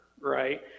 right